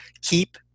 Keep